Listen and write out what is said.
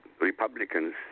Republicans